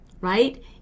right